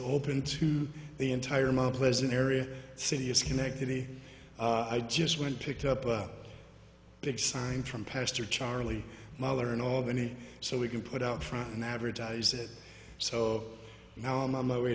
open to the entire mount pleasant area city is connected and i just went picked up a big sign from pastor charlie muller in albany so we can put out front and advertise it so now i'm on my way